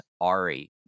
ari